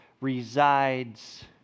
resides